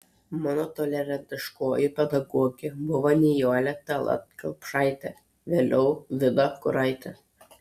mano tolerantiškoji pedagogė buvo nijolė tallat kelpšaitė vėliau vida kuraitė